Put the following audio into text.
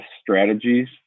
Strategies